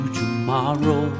tomorrow